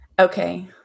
Okay